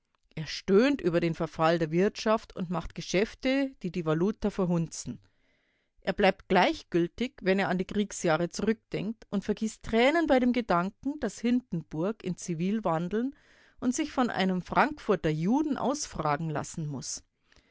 er stöhnt über den verfall der wirtschaft und macht geschäfte die die valuta verhunzen er bleibt gleichgültig wenn er an die kriegsjahre zurückdenkt und vergießt tränen bei dem gedanken daß hindenburg in zivil wandeln und sich von einem frankfurter juden ausfragen lassen muß